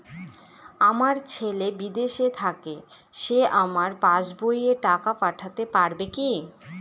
আমার ছেলে বিদেশে থাকে সে আমার পাসবই এ টাকা পাঠাতে পারবে কি?